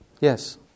Yes